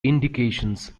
indications